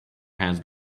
hands